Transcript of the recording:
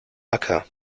acker